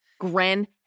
Gren